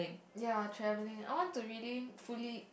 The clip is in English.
ya travelling I want to really fully